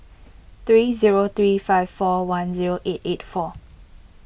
three zero three five four one zero eight eight four